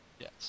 Yes